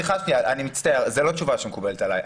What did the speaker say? אני מצטער, זו לא תשובה שמקובלת עליי.